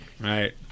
Right